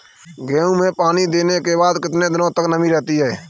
गेहूँ में पानी देने के बाद कितने दिनो तक नमी रहती है?